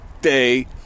day